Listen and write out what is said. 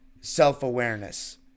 self-awareness